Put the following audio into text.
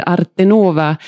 Artenova